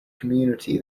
community